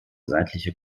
seitliche